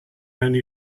only